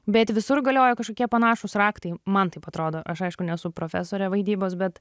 bet visur galioja kažkokie panašūs raktai man taip atrodo aš aišku nesu profesorė vaidybos bet